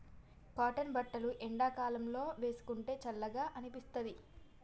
cotton బట్టలు ఎండాకాలం లో వేసుకుంటే చల్లగా అనిపిత్తది